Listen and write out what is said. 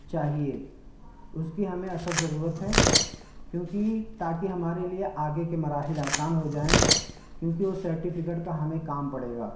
چاہیے اس کی ہمیں اشد ضرورت ہے کیونکہ تاکہ ہمارے لیے آگے کے مراحل آسان ہو جائیں کیونکہ وہ سرٹیفکیٹ کا ہمیں کام پڑے گا